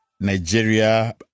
Nigeria